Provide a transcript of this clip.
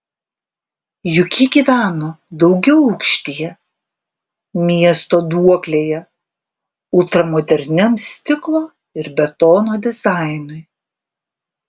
juk ji gyveno daugiaaukštyje miesto duoklėje ultramoderniam stiklo ir betono dizainui